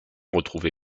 retrouvé